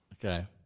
Okay